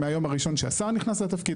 מהיום הראשון שהשר נכנס לתפקיד.